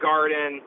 Garden